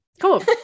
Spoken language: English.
cool